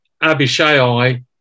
Abishai